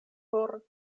for